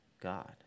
God